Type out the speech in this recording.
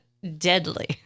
Deadly